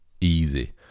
easy